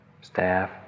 staff